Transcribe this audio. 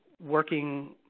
working